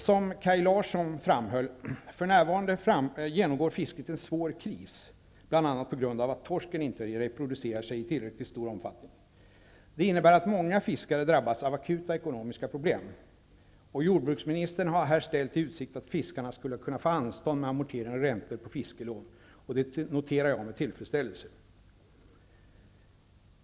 Som Kaj Larsson framhöll genomgår fisket för närvarande en svår kris bl.a. på grund av att torsken inte reproducerar sig i tillräckligt stor omfattning. Det innebär att många fiskare drabbas av akuta ekonomiska problem. Jordbruksministern har i detta sammanhang ställt i utsikt att fiskarna skulle kunna få anstånd med amortering och räntor på fiskelån, och detta noterar jag med tillfredsställelse.